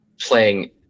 playing